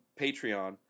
Patreon